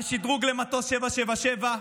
על שדרוג למטוס 777,